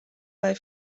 bij